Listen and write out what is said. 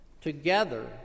Together